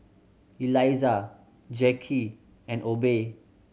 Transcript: Elizah Jacky and Obe